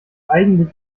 eigentlich